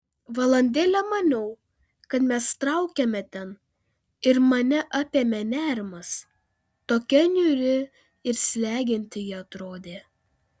valandėlę maniau kad mes traukiame ten ir mane apėmė nerimas tokia niūri ir slegianti ji atrodė